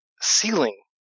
ceiling